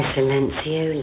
Silencio